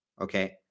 Okay